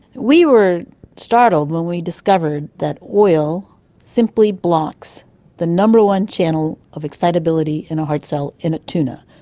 we were startled when we discovered that oil simply blocks the number one channel of excitability in a heart cell in a tuna.